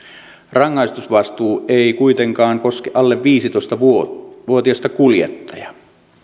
rangaistusvastuu ei kuitenkaan koske alle viisitoista vuotiasta kuljettajaa